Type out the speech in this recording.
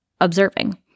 observing